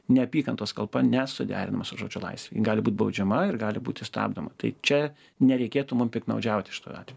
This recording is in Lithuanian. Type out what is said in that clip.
neapykantos kalba nesuderinama su žodžio laisve ji gali būt baudžiama ir gali būti stabdoma tai čia nereikėtų mum piktnaudžiauti šituo atveju